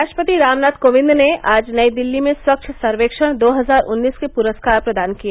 राष्ट्रपति रामनाथ कोविंद ने आज नई दिल्ली में स्वच्छ सर्वेक्षण दो हजार उन्नीस के पुरस्कार प्रदान किए